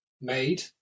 made